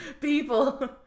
People